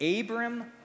Abram